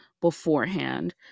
beforehand